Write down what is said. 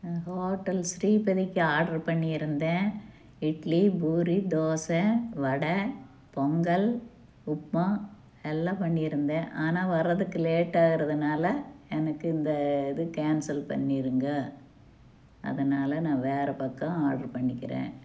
hotel ஸ்ரீபதிக்கி order பண்ணியிருந்தேன் இட்லி பூரி தோசை வடை பொங்கல் உப்புமா எல்லாம் பண்ணியிருந்தேன் ஆனால் வரதுக்கு லேட்டாகிறதுனால எனக்கு இந்த இது கேன்சல் பண்ணியிருங்க அதனால் நான் வேற பக்கம் ஆர்டரு பண்ணிக்கிறேன்